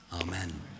amen